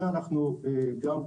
אנחנו גם,